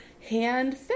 hand